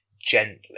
gently